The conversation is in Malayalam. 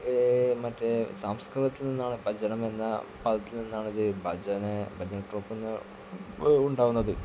മറ്റേ സംസ്കൃതത്തിൽ നിന്നാണ് ഭജനമെന്ന വാക്കിൽ നിന്നാണിത് ഭജന ഭജന ട്രൂപ്പെന്ന് ഉണ്ടാകുന്നത്